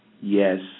yes